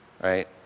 Right